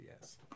yes